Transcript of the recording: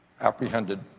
apprehended